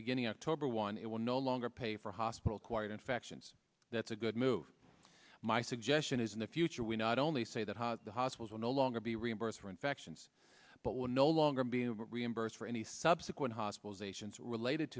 beginning of october one it will no longer pay for hospital acquired infections that's a good move my suggestion is in the future we not only say that ha the hospitals will no longer be reimbursed for infections but will no longer being reimbursed for any subsequent hospitalizations related